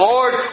Lord